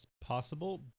Possible